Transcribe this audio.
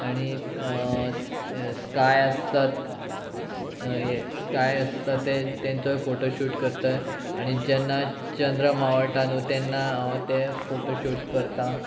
आनी स्काय आसता हे स्काय आसता ते तेंचोय फोटोशूट करत आनी जेन्ना चंद्र मावळटा न्हू तेन्ना हांव ते फोटोशूट करता